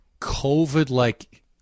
COVID-like